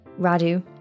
Radu